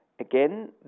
again